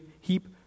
heap